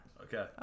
okay